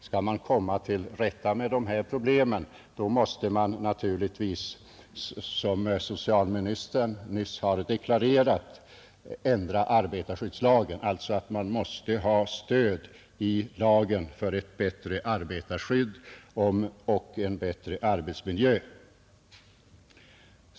Skall man komma till rätta med de här problemen måste man naturligtvis, som socialministern nyss har deklarerat, ändra arbetarskyddslagen — man måste alltså ha stöd i lagen för ett bättre arbetarskydd och en bättre arbetsmiljö.